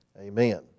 Amen